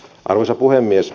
arvoisa puhemies